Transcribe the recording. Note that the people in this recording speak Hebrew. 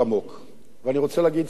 אני רוצה להגיד מלה אישית